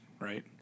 right